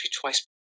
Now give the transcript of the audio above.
twice